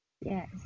Yes